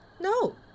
No